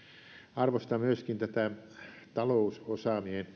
arvostan myöskin tätä talousosaamisen